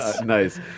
Nice